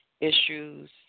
issues